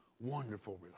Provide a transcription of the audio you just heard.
wonderful